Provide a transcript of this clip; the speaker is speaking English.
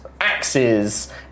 axes